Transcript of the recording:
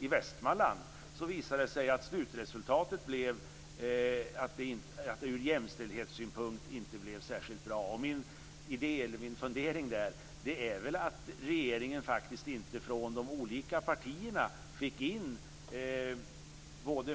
i Västmanland blev slutresultatet inte särskilt bra ur jämställdhetssynpunkt. Min fundering är att regeringen inte fick in förslag på både män och kvinnor från de olika partierna.